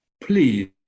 please